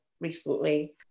recently